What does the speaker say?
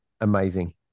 Amazing